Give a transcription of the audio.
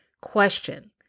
question